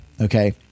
okay